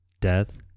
death